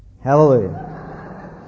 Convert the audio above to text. Hallelujah